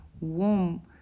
womb